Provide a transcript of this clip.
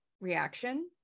reaction